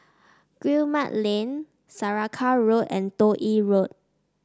Guillemard Lane Saraca Road and Toh Yi Road